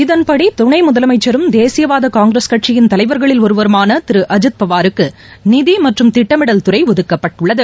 இதன்படி துணை முதலமைச்சரும் தேசியவாத காங்கிரஸ் கட்சியின் தலைவர்களில் ஒருவருமான திரு அஜீத் பவாருக்கு நிதி மற்றும் திட்டமிடல் துறை ஒதுக்கப்பட்டுள்ளது